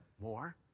more